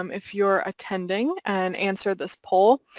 um if you're attending and answer this poll.